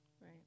Right